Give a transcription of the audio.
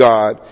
God